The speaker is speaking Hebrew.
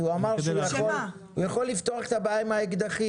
הוא אמר שהוא יכול לפתור את הבעיה עם האקדחים.